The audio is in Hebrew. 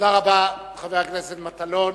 תודה רבה, חבר הכנסת מטלון.